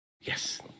Yes